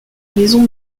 maison